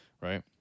right